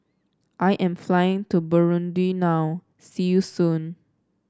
I am flying to Burundi now see you soon